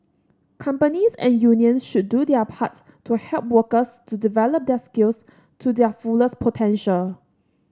companies and unions should do their part to help workers to develop their skills to their fullest potential